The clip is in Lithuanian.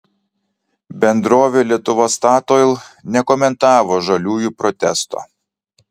bendrovė lietuva statoil nekomentavo žaliųjų protesto